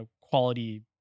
quality